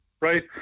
right